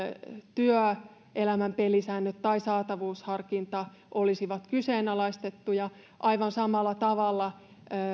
työelämän pelisäännöt tai saatavuusharkinta olisivat kyseenalaistettuja aivan samalla tavalla